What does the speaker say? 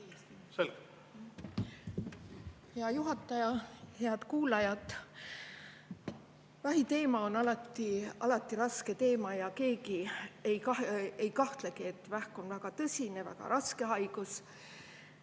Hea juhataja! Head kuulajad! Vähiteema on alati raske teema ja keegi ei kahtlegi, et vähk on väga tõsine ja väga raske haigus.